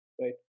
right